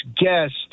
guest